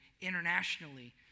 internationally